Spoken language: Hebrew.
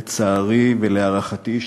לצערי ולהערכתי,